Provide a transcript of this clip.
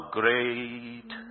great